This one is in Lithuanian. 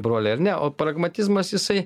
broliai ar ne o pragmatizmas jisai